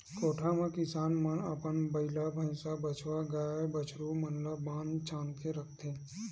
कोठा म किसान मन अपन बइला, भइसा, बछवा, गाय, बछरू मन ल बांध छांद के रखथे